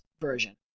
version